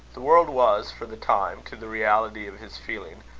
the world was for the time, to the reality of his feeling,